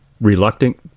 reluctant